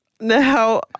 Now